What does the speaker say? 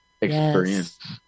experience